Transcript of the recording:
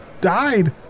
died